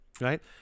right